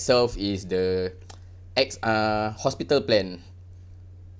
is the acc~ uh hospital plan